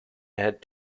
had